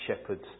shepherds